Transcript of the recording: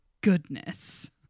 Goodness